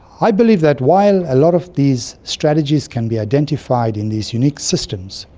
i believe that while a lot of these strategies can be identified in these unique systems,